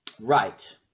Right